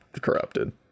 corrupted